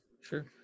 Sure